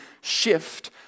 shift